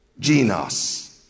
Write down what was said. genos